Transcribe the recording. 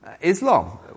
Islam